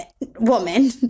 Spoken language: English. woman